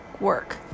work